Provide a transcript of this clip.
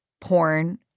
porn